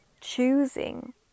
choosing